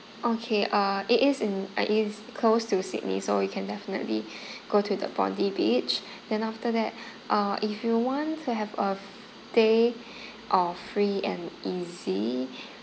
okay uh it is in uh it's close to sydney so we can definitely go to the bondi beach then after that uh if you want to have a f~ day of free and easy